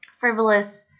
frivolous